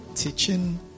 teaching